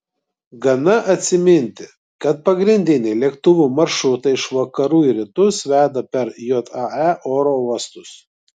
gana atsiminti kad pagrindiniai lėktuvų maršrutai iš vakarų į rytus veda per jae oro uostus